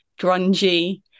grungy